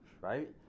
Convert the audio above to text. Right